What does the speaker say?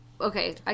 okay